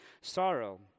sorrow